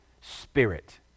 spirit